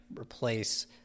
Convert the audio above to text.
replace